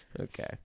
Okay